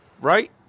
right